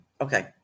Okay